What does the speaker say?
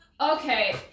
Okay